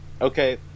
Okay